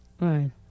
Right